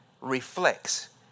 reflects